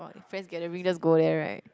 friends gathering just go there right